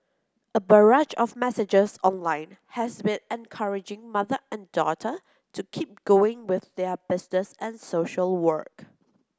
a barrage of messages online has been encouraging mother and daughter to keep going with their business and social work